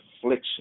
affliction